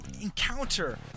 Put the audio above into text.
encounter